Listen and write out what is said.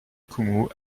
koumou